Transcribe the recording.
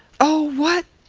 oh! what!